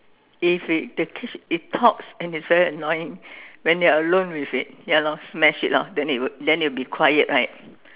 if it the catch it talks and it's very annoying when you are alone with it ya lor smash it lor then it then it would be quiet right